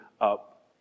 up